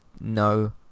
no